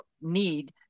need